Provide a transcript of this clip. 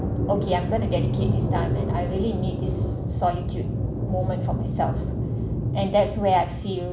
okay I'm going to dedicate this time and I really need this solitude moment from itself and that's where I feel